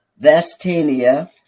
Vestinia